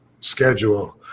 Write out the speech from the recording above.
schedule